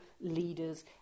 leaders